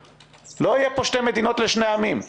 לא יהיה פה שתי מדינות לשני עמים.